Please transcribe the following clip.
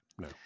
No